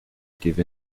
give